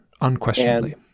unquestionably